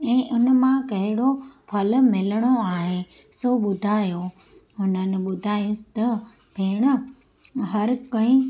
ऐं हुनमां कहिड़ो फलु मिलणो आहे सो ॿुधायो हुननि ॿुधायसि त भेण हर कंहिं